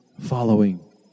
following